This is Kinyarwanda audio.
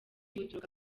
buturuka